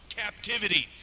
captivity